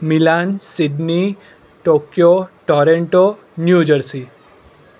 Milan Sydney Tokyo Toronto New Jersey